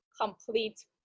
complete